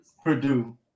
Purdue